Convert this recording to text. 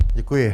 Děkuji.